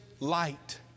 Light